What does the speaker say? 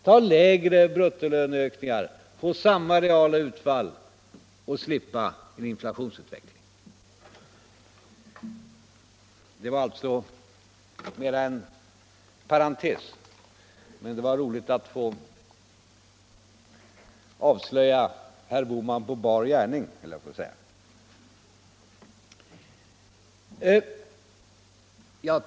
Man får ändå samma reala utfall och slipper en inflationsutveckling. Detta var alltså bara en parentes, men det var roligt att få avslöja herr Bohman -— på bar gärning, höll jag på att säga.